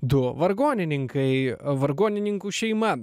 du vargonininkai vargonininkų šeima